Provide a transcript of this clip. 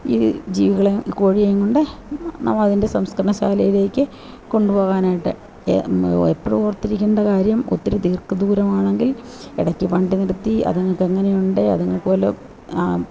ഈ ജീവികളെ കോഴിയെയും കൊണ്ട് നമ്മളതിൻ്റെ സംസ്കരണ ശാലയിലേക്കു കൊണ്ടു പോകാനായിട്ട് എന് എപ്പോഴും ഓർത്തിരിക്കേണ്ട കാര്യം ഒത്തിരി ദീർഘദൂരമാണെങ്കിൽ ഇടക്കു വണ്ടി നിർത്തി അതുങ്ങൾക്ക് എങ്ങനെയുണ്ട് അതുങ്ങൾക്ക് വല്ലതും